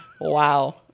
Wow